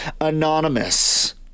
Anonymous